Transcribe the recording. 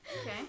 Okay